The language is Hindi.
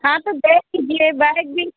हाँ तो बैग भी दिए बैग भी